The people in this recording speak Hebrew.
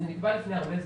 זה נקבע לפני הרבה זמן.